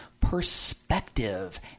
perspective